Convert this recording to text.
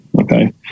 Okay